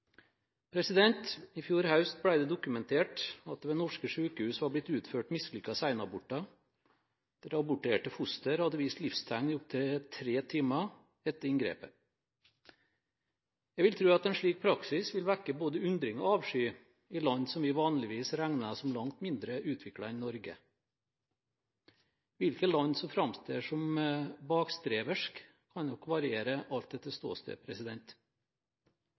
I fjor høst ble det dokumentert at det ved norske sykehus var blitt utført mislykkede senaborter, der aborterte foster hadde vist livstegn i opptil tre timer etter inngrepet. Jeg vil tro at en slik praksis vil vekke både undring og avsky i land som vi vanligvis regner som langt mindre utviklet enn Norge. Hvilke land som framstår som bakstreverske, kan nok variere, alt etter ståsted.